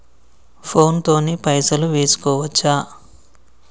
Phone తోని పైసలు వేసుకోవచ్చా?